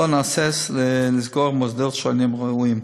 לא נהסס לסגור מוסדות שאינם ראויים.